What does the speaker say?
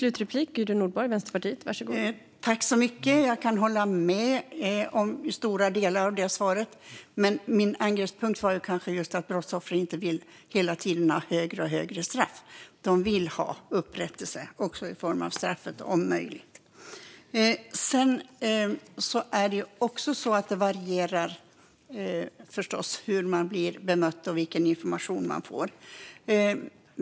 Fru talman! Jag kan hålla med om stora delar av svaret. Men min angreppspunkt var just att brottsoffren inte hela tiden vill ha allt högre straff. De vill ha upprättelse, också genom straffet, om möjligt. Sedan varierar det förstås hur man blir bemött och vilken information man får.